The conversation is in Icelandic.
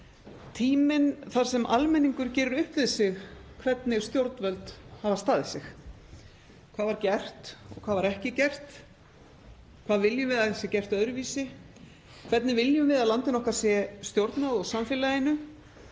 Tíminn þar sem almenningur gerir upp við sig hvernig stjórnvöld hafa staðið sig. Hvað var gert og hvað var ekki gert? Hvað viljum við að gert sé öðruvísi? Hvernig viljum við að landinu okkar og samfélagi